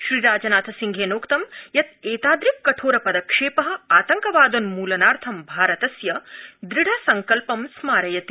श्रीराजनाथसिंहेनोक्तं यत् एतादृक्कठोर पदक्षेप आतंकवादोन्मूलनार्थ भारतस्य दृढ संकल्पं स्मारयति